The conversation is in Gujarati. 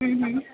હમ હમ